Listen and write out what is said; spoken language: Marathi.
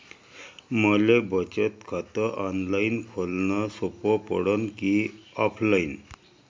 मले बचत खात ऑनलाईन खोलन सोपं पडन की ऑफलाईन?